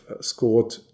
scored